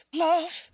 love